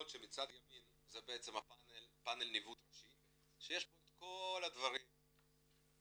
שמצד ימין זה פנל הניווט הראשי שיש בו את כל הדברים שרלבנטי